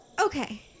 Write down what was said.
Okay